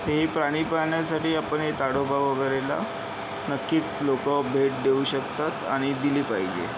हे प्राणी पाहण्यासाठी आपण हे ताडोबा वगैरेला नक्कीच लोक भेट देऊ शकतात आणि दिली पाहिजे